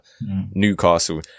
Newcastle